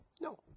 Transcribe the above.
No